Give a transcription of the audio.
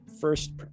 first